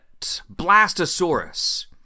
blastosaurus